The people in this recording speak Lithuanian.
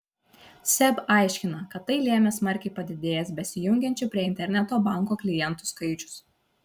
seb aiškina kad tai lėmė smarkiai padidėjęs besijungiančių prie interneto banko klientų skaičius